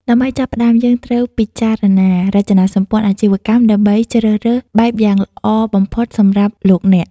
ដើម្បីចាប់ផ្តើម យើងត្រូវពិចារណារចនាសម្ព័ន្ធអាជីវកម្ម ដើម្បីជ្រើសរើសបែបយ៉ាងល្អបំផុតសម្រាប់លោកអ្នក។